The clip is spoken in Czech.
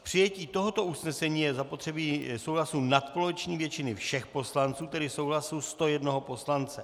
K přijetí tohoto usnesení je zapotřebí souhlasu nadpoloviční většiny všech poslanců, tedy souhlasu 101 poslance.